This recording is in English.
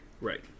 Right